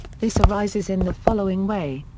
this arises in the following way.